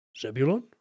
Zebulon